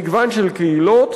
מגוון של קהילות.